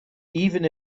even